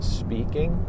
speaking